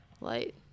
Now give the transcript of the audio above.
light